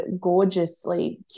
gorgeously